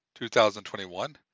2021